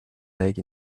legs